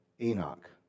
Enoch